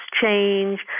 change